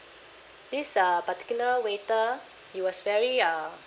this uh particular waiter he was very uh